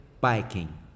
biking